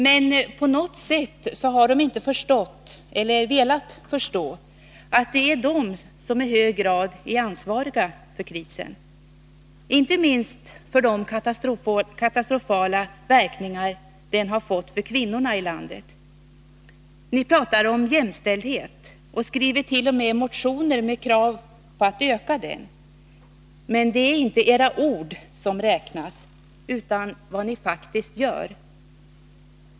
Men på något sätt har de inte förstått, eller velat förstå, att det är de som i hög grad är ansvariga för krisen — inte minst för de katastrofala verkningar den fått för kvinnorna i landet. Ni pratar om jämställdhet, och ni skriver t.o.m. motioner med krav på att öka den. Men det är inte era ord som räknas utan vad ni faktiskt gör.